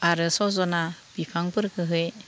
आरो सजना बिफांफोरखोहाय